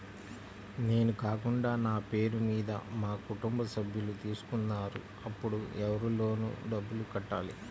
నేను కాకుండా నా పేరు మీద మా కుటుంబ సభ్యులు తీసుకున్నారు అప్పుడు ఎవరు లోన్ డబ్బులు కట్టాలి?